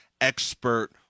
expert